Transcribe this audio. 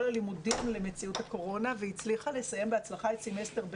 הלימודים למציאות הקורונה והיא הצליחה לסיים בהצלחה את סמסטר ב'